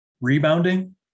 Rebounding